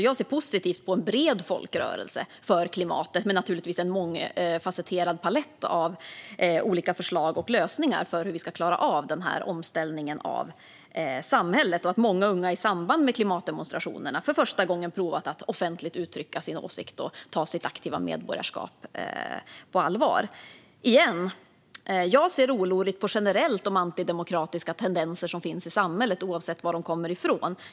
Jag ser positivt på en bred folkrörelse för klimatet med en mångfasetterad palett av förslag och lösningar när det gäller hur vi ska klara av omställningen av samhället och på att många unga i samband med klimatdemonstrationerna för första gången provat att offentligt uttrycka sin åsikt och ta sitt aktiva medborgarskap på allvar. Återigen - jag ser generellt med oro på de antidemokratiska tendenser som finns i samhället, oavsett varifrån de kommer.